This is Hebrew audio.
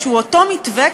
שהוא אותו מתווה,